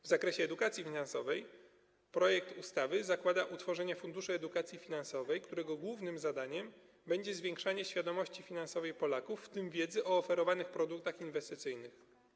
W zakresie edukacji finansowej projekt ustawy zakłada utworzenie Funduszu Edukacji Finansowej, którego głównym zadaniem będzie zwiększanie świadomości finansowej Polaków, w tym poszerzanie wiedzy o oferowanych produktach inwestycyjnych.